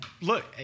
Look